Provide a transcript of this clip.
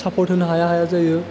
support होनो हाया हाया जायो